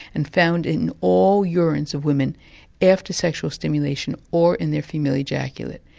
and found in all urines of women after sexual stimulation, or in their female ejaculate,